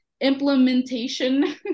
implementation